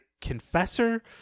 confessor